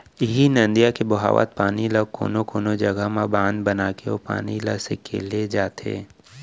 इहीं नदिया के बोहावत पानी ल कोनो कोनो जघा म बांधा बनाके ओ पानी ल सकेले जाथे